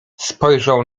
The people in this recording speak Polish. spojrzał